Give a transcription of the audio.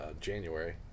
january